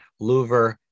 Louver